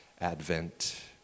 advent